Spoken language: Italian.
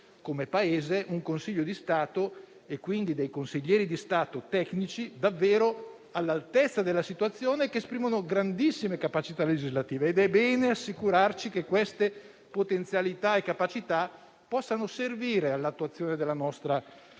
come Paese un Consiglio di Stato e quindi dei consiglieri di Stato tecnici davvero all'altezza della situazione, che esprimono grandissime capacità legislative ed è bene assicurarci che esse possano servire all'attuazione del nostro lavoro